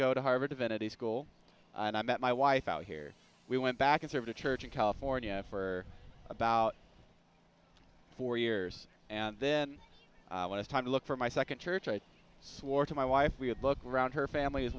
go to harvard divinity school and i met my wife out here we went back and served a church in california for about four years and then when it's time to look for my second church i swore to my wife we would look around her family as